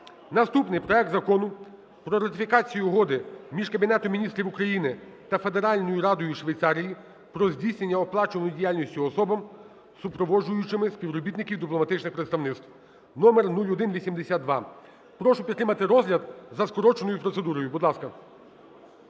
Наступний – проект Закону про ратифікацію Угоди між Кабінетом Міністрів України та Федеральною радою Швейцарії про здійснення оплачуваної діяльності особами, супроводжуючими співробітників дипломатичних представництв (№ 0182). Прошу підтримати розгляд за скороченою процедурою, будь ласка.